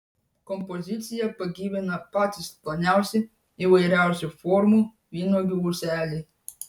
kompoziciją pagyvina patys ploniausi įvairiausių formų vynuogių ūseliai